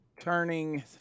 turning